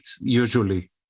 Usually